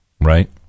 right